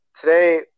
today